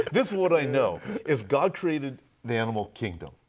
this is what i know is god created the animal kingdom.